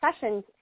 sessions